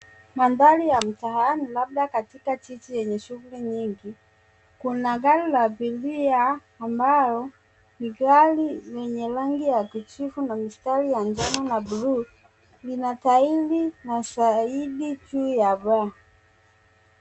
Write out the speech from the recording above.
Mandhari ya mtaani labda katika jiji lenye shughuli nyingi. Kuna gari la abiria ambalo ni gari lenye rangi ya kijivu na mistari ya njano na buluu. Lina tairi na sahili juu ya vani.